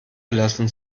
lassen